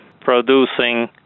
producing